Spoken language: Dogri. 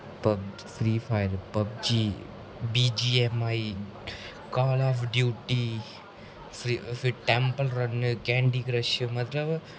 free Fire PUBG BGMI Call of Duty फ्ही टेंपल रन कैंडी क्रश मतलब